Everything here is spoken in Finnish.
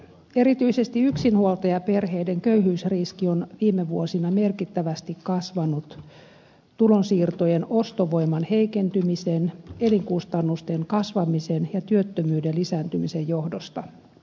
erityisesti yksinhuoltajaperheiden köyhyysriski on viime vuosina merkittävästi kasvanut tulonsiirtojen ostovoiman heikentymisen elinkustannusten kasvamisen ja työttömyyden lisääntymisen johdosta